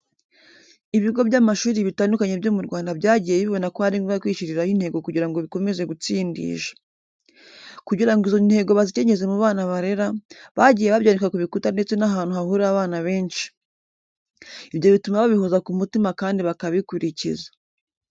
Ibigo by'amashuri bitandukanye byo mu Rwanda byagiye bibona ko ari ngombwa kwishyiriraho intego kugira ngo bikomeze gutsindisha. Kugira ngo izo ntego bazicengeze mu bana barera, bagiye babyandika ku bikuta ndetse n'ahantu hahurira abana benshi. Ibyo bituma babihoza ku mutima kandi bakabikurikiza.